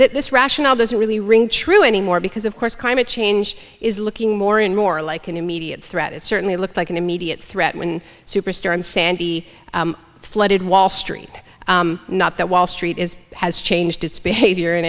that this rationale doesn't really ring true anymore because of course climate change is looking more and more like an immediate threat it certainly looked like an immediate threat when superstorm sandy flooded wall street not that wall street is has changed its behavior in